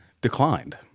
Declined